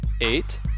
eight